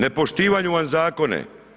Ne poštivaju vam zakone.